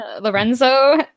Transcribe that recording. Lorenzo